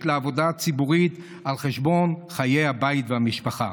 לעבודה הציבורית על חשבון חיי הבית והמשפחה.